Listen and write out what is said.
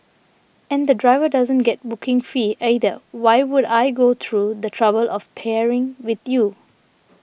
and the driver doesn't get booking fee either why would I go through the trouble of pairing with you